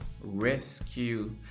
rescue